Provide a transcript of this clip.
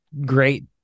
great